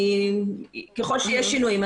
ככל שיהיו שינויים,